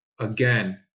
again